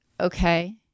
okay